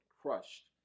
crushed